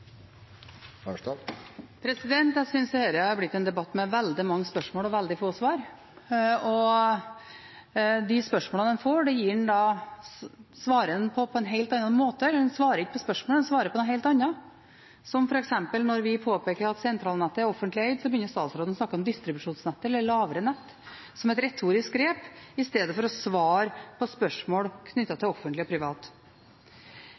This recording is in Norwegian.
spørsmålene en får, svarer en på på en helt annen måte – en svarer ikke på spørsmålet, en svarer på noe helt annet. Når vi f.eks. påpeker at sentralnettet er offentlig eid, begynner statsråden å snakke om distribusjonsnettet eller lavere nett som et retorisk grep, istedenfor å svare på spørsmål knyttet til offentlig og privat. Som representanten Giske også sier, er det store utbyggingskostnader, og et argument fra flertallet er åpenbart at en skal bruke private for å dele på